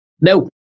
No